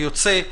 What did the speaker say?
היוצא.